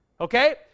Okay